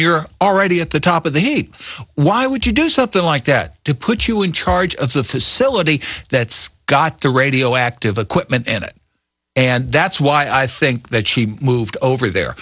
you're already at the top of the heat why would you do something like that to put you in charge of the facility that's got the radioactive acquit and it and that's why i think that she moved over there